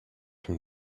from